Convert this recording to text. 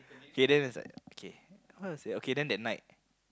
k then it's like okay how to say okay then that night